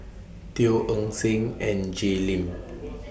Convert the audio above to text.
Teo Eng Seng and Jay Lim